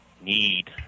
need